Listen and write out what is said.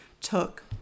took